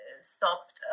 stopped